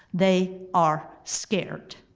they are scared.